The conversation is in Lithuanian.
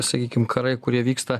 sakykim karai kurie vyksta